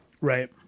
Right